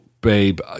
babe